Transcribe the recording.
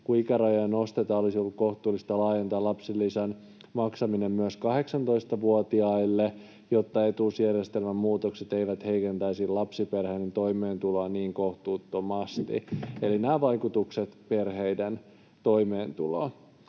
Kun ikärajoja nostetaan, olisi ollut kohtuullista laajentaa lapsilisän maksaminen myös 18-vuotiaille, jotta etuusjärjestelmän muutokset eivät heikentäisi lapsiperheiden toimeentuloa niin kohtuuttomasti. Eli on nämä vaikutukset perheiden toimeentuloon.